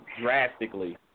drastically